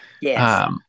yes